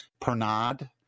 Pernod